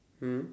mm